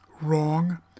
Wrong